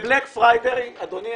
ב-בלק פריידי אדוני,